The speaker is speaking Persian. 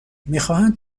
میخواهند